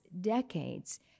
decades